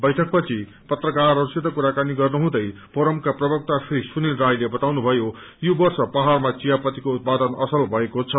बैठकपछि पत्रकारहरूसित कुराकानी गर्नुहुँदै फोरमका प्रवक्ता श्री सुनिल राईले बताउनु भ्यो यो वर्ष पाहाड़मा चिया पत्तीको उत्पादनमा असल भएको छ